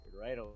right